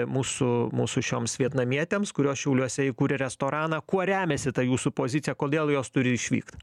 mūsų mūsų šioms vietnamietėms kurios šiauliuose įkūrė restoraną kuo remiasi ta jūsų pozicija kodėl jos turi išvykt